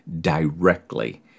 directly